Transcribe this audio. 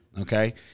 Okay